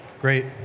Great